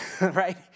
right